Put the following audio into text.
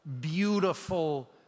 beautiful